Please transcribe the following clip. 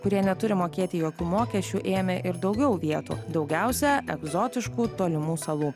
kurie neturi mokėti jokių mokesčių ėmė ir daugiau vietų daugiausia egzotiškų tolimų salų